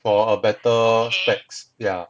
for a better specs yeah